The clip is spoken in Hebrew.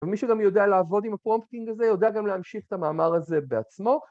ומי שגם יודע לעבוד עם הפרומפטינג הזה, יודע גם להמשיך את המאמר הזה בעצמו